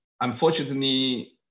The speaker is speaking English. unfortunately